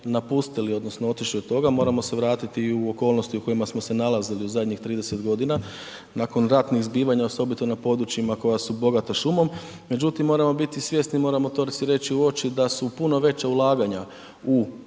odnosno otišli od toga, moramo se vratiti u okolnosti u kojima smo se nalazili u zadnjih 30 g. nakon ratnih zbivanja osobito na područjima koja su bogata šumom međutim moramo biti svjesni i moramo to si reći u oči da su puno veća ulaganja u